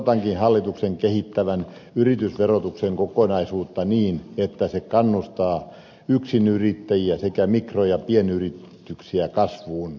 odotankin hallituksen kehittävän yritysverotuksen kokonaisuutta niin että se kannustaa yksinyrittäjiä sekä mikro ja pienyrityksiä kasvuun